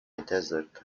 desert